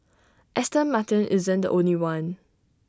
Aston Martin isn't the only one